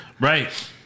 Right